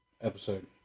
episode